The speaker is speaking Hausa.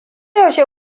yaushe